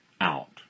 out